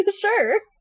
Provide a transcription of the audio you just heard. Sure